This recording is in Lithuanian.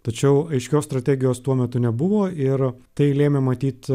tačiau aiškios strategijos tuo metu nebuvo ir tai lėmė matyt